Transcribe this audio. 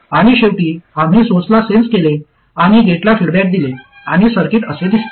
आणि शेवटी आम्ही सोर्सला सेन्स केले आणि गेटला फीडबॅक दिले आणि सर्किट असे दिसते